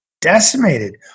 decimated